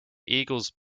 eagles